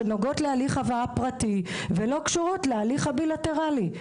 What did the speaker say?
שקשורות להליך הבאה פרטי ולא קשורות להליך הבילטרלי.